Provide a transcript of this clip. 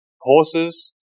horses